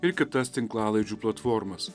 ir kitas tinklalaidžių platformas